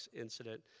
incident